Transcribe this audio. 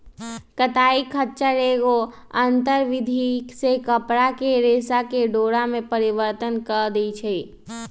कताई खच्चर एगो आंतर विधि से कपरा के रेशा के डोरा में परिवर्तन कऽ देइ छइ